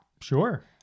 Sure